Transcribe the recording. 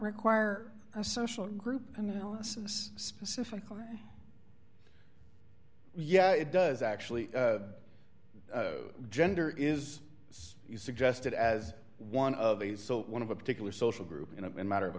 require a social group analysis specifically yeah it does actually gender is suggested as one of these so one of a particular social group in a matter of a